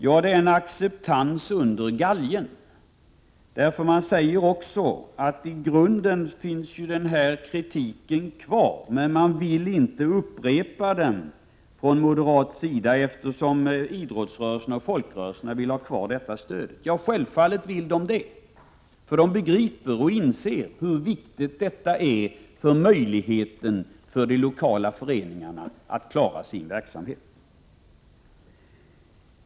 Det är en acceptans under galgen, för moderaterna säger ju också att i grunden finns deras motstånd kvar, med de vill inte längre föra fram det, eftersom idrottsrörelsen och folkrörelserna vill ha kvar detta stöd. Ja, självfallet vill de det, för de inser hur viktigt detta är för de lokala föreningarnas möjlighet att klara sin verksamhet.